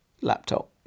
laptop